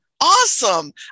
Awesome